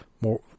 more